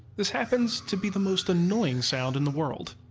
this happens to be the most annoying sound in the world.